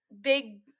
big